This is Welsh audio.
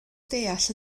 deall